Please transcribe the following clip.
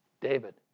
David